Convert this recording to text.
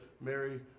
Mary